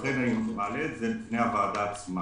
לכן אני מעלה את זה בפני הוועדה עצמה.